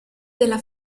della